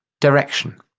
Direction